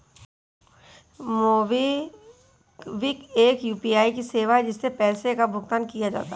MobiKwik एक UPI की सेवा है, जिससे पैसे का भुगतान किया जाता है